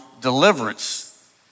deliverance